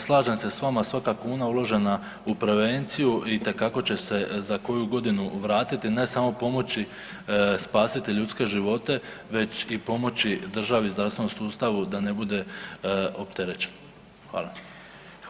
Slažem se s vama, svaka kuna uložena u prevenciju itekako će se za koju godinu vratiti, ne samo pomoći, spasiti ljudske živote, već i pomoći državi i zdravstvenom sustavu da ne bude opterećen.